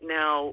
now